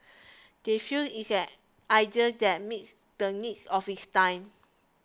they feel it's an idea that meets the needs of its time